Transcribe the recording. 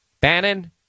Bannon